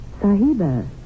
Sahiba